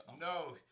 No